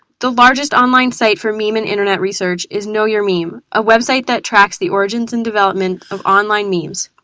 the largest online site for meme and internet research is know your meme, a website that tracks the origins and development of online memes.